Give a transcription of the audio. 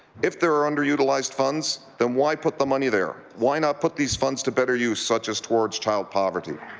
if there are underutilized funds, then why put the money there? why not put these funds to better use such as towards child poverty?